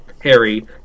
Harry